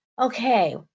Okay